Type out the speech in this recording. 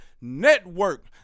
network